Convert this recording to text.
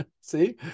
See